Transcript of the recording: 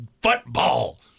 football